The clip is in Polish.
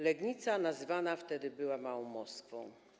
Legnica nazywana wtedy była małą Moskwą.